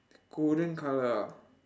golden colour ah